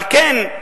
על כן,